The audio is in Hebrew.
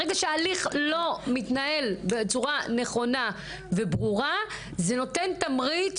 ברגע שההליך לא מתנהל בצורה נכונה וברורה זה נותן תמריץ,